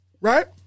right